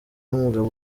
n’umugabo